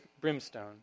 brimstone